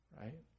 right